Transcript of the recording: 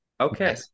okay